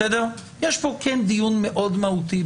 בעיניי יש כאן דיון מאוד מהותי.